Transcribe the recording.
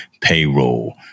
payroll